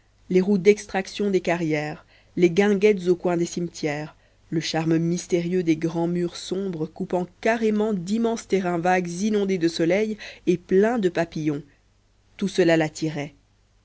les roues d'extraction des carrières les guinguettes au coin des cimetières le charme mystérieux des grands murs sombres coupant carrément d'immenses terrains vagues inondés de soleil et pleins de papillons tout cela